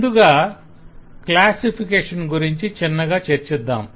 ముందుగా క్లాసిఫికేషన్ గురించి చిన్నగా చర్చిద్దాం